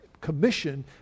commission